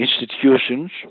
institutions